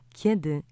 kiedy